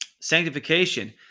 sanctification